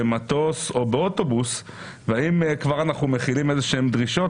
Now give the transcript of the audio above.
במטוס או באוטובוס ואם אנחנו מחילים איזה שהן דרישות,